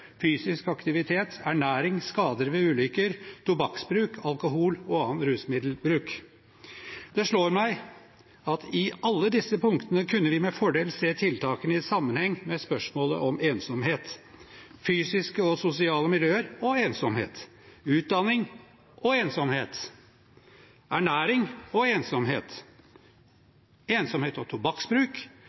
fysisk aktivitet, ernæring, skader og ulykker, tobakksbruk og alkohol- og annen rusmiddelbruk. Det slår meg at i alle disse punktene kunne vi med fordel se tiltakene i sammenheng med spørsmålet om ensomhet. «Fysiske og sosiale miljøer» og ensomhet, «utdanning» og ensomhet, «ernæring» og ensomhet, «tobakksbruk» og ensomhet, «fysisk aktivitet» og